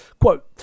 Quote